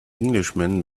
englishman